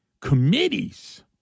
committees